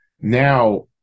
Now